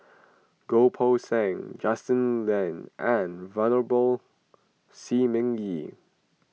Goh Poh Seng Justin Lean and Venerable Shi Ming Yi